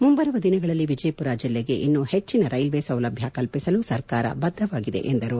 ಮುಂಬರುವ ದಿನಗಳಲ್ಲಿ ವಿಜಯಮರ ಜಿಲ್ಲೆಗೆ ಇನ್ನೂ ಹೆಚ್ಚಿನ ರೈಲ್ವೆ ಸೌಲಭ್ಧ ಕಲ್ಲಿಸಲು ಸರ್ಕಾರ ಬದ್ಧವಾಗಿದೆ ಎಂದರು